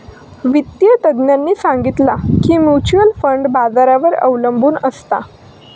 वित्तिय तज्ञांनी सांगितला की म्युच्युअल फंड बाजारावर अबलंबून असता